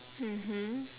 mmhmm